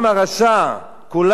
כולן חזרו לקללה,